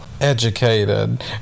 educated